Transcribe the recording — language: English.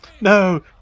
No